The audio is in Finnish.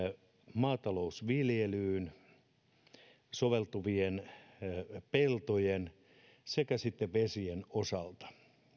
maatalousviljelyyn soveltuvien peltojen sekä sitten vesien osalta